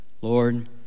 Lord